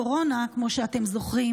דרור קפלון,